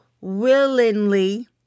willingly